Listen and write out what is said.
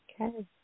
Okay